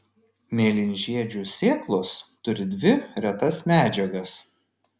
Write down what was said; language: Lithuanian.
mėlynžiedžių sėklos turi dvi retas medžiagas